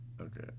Okay